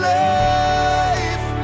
life